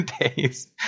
days